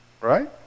Right